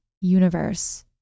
universe